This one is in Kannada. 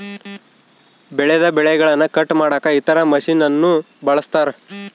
ಬೆಳೆದ ಬೆಳೆಗನ್ನ ಕಟ್ ಮಾಡಕ ಇತರ ಮಷಿನನ್ನು ಬಳಸ್ತಾರ